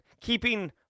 keeping